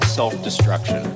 self-destruction